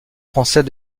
français